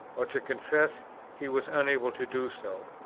or to confess he was unable to do so.